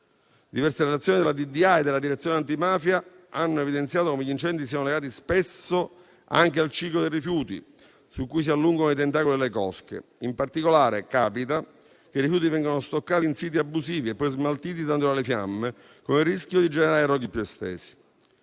antimafia e della direzione nazionale antimafia hanno evidenziato come gli incendi siano legati spesso anche al ciclo dei rifiuti, su cui si allungano i tentacoli delle cosche. In particolare, capita che i rifiuti vengano stoccati in siti abusivi e poi smaltiti dandoli alle fiamme, con il rischio di generare roghi più estesi.